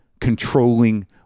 controlling